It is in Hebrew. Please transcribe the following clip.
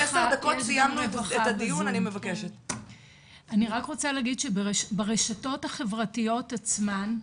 אני רק רוצה להגיד, שברשתות החברתיות עצמן,